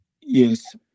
yes